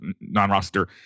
non-roster